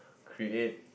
create